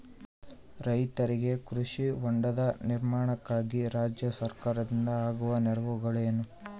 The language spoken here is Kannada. ರೈತರಿಗೆ ಕೃಷಿ ಹೊಂಡದ ನಿರ್ಮಾಣಕ್ಕಾಗಿ ರಾಜ್ಯ ಸರ್ಕಾರದಿಂದ ಆಗುವ ನೆರವುಗಳೇನು?